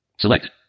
Select